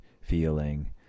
feeling